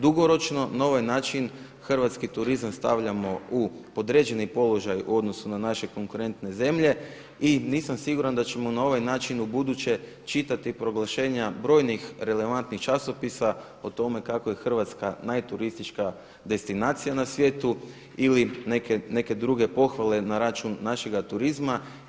Dugoročno, na ovaj način hrvatski turizam stavljamo u podređeni položaj u odnosu na naše konkurentne zemlje i nisam siguran da ćemo na ovaj način ubuduće čitati proglašenja brojnih relevantnih časopisa o tome kako je Hrvatska najturistička destinacija na svijetu ili neke druge pohvale na račun našega turizma.